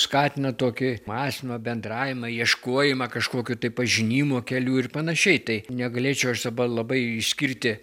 skatina tokį mąstymą bendravimą ieškojimą kažkokių tai pažinimų kelių ir panašiai tai negalėčiau aš dabar labai išskirti